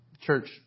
Church